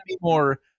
more